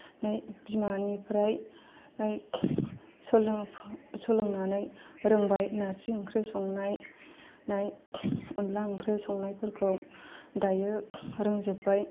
नै बिमानिफ्राय सोलोंनानै रोंबाय नारजि ओंख्रि संनाय अनद्ला ओंख्रि संनायफोरखौ दायो रोंजोब्बाय